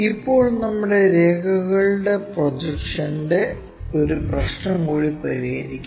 ഇപ്പോൾ നമ്മുടെ രേഖകളുടെ പ്രൊജക്ഷൻറെ ഒരു പ്രശ്നം കൂടി പരിഹരിക്കാം